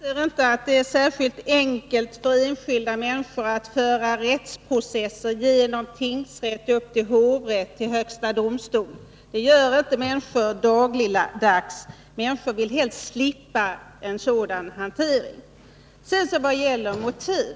Herr talman! Jag anser inte att det är särskilt enkelt för enskilda människor att föra rättsprocesser genom tingsrätten, upp till hovrätten och upp till högsta domstolen. Det gör människor inte dagligdags. Människor vill helst slippa en sådan hantering. När det gäller motiv